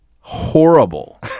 horrible